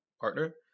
partner